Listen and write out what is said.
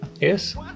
Yes